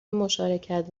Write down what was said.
مشارکت